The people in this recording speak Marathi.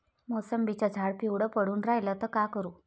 मोसंबीचं झाड पिवळं पडून रायलं त का करू?